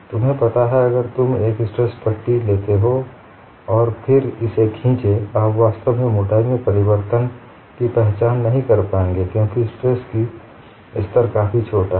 तुम्हें पता है अगर तुम एक स्ट्रेस पट्टी लेते हो और फिर इसे खींचें आप वास्तव में मोटाई में परिवर्तन की पहचान नहीं कर पाएंगे क्योंकि स्ट्रेस का स्तर काफी छोटा है